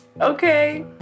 Okay